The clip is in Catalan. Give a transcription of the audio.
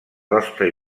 rostre